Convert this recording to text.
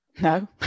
No